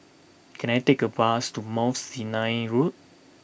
can I take a bus to Mount Sinai Road